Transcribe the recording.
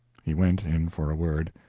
he went in for a word.